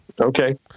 Okay